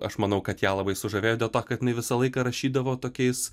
aš manau kad ją labai sužavėjo dėl to kad jinai visą laiką rašydavo tokiais